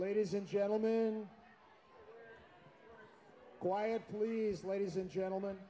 ladies and gentlemen quiet please ladies and gentlemen